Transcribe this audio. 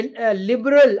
liberal